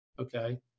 Okay